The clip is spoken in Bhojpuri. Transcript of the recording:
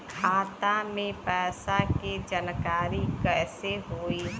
खाता मे पैसा के जानकारी कइसे होई?